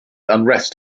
unrest